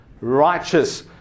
Righteous